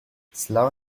slow